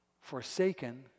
forsaken